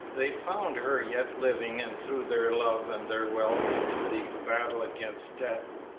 they found her yet living and threw their love and their wealth into the battle against death.